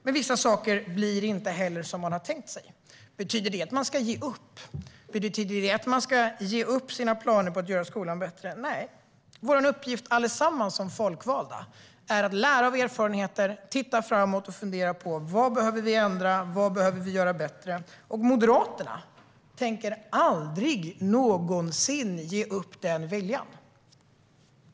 Men vissa saker blir inte heller som man har tänkt sig. Betyder det att man ska ge upp? Betyder det att man ska ge upp sina planer på att göra skolan bättre? Nej, allas vår uppgift som folkvalda är att lära av erfarenheter, titta framåt och fundera på vad vi behöver ändra och vad vi behöver göra bättre. Moderaterna tänker aldrig någonsin ge upp den viljan.